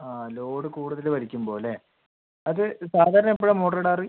ആ ലോഡ് കൂടുതല് വലിക്കുമ്പോൾ അല്ലേ അത് സാധാരണ എപ്പോഴാണ് മോട്ടറ് ഇടാറ്